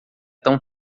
tão